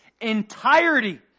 entirety